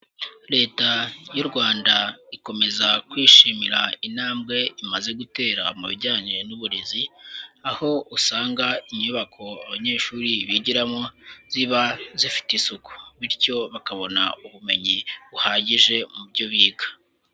Leta y'u Rwanda ikomeza kwishimira intambwe imaze gutera mu bijyanye n'uburezi, aho usanga inyubako abanyeshuri bigiramo ziba zifite isuku, bityo bakabona ubumenyi buhagije mu byo biga.